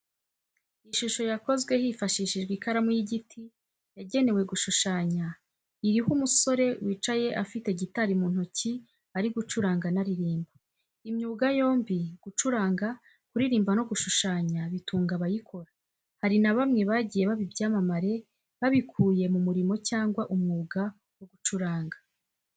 Ishusho yakozwe hifashishijwe ikaramu y'igiti yagenewe gushushanya, iriho umusore wicaye afite gitari mu ntoki ari gucuranga anaririmba. Imyuga yombi gucuranga, kuririmba no gushushanya bitunga abayikora, hari na bamwe bagiye baba ibyamamare babikuye mu murimo cyangwa umwuga wo gucuranga.